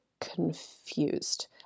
confused